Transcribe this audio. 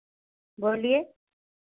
बोलिए